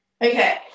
Okay